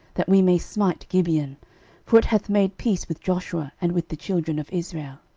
that we may smite gibeon for it hath made peace with joshua and with the children of israel.